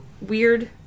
weird